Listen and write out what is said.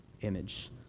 image